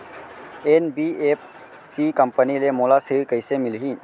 NBFC company ले मोला ऋण कइसे मिलही?